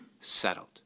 settled